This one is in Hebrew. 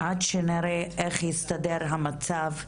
עד שנראה איך יסתדר המצב,